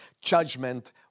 judgment